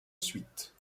suite